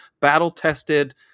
battle-tested